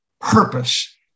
purpose